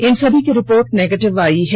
इन सभी की report negative आई है